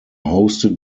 hosted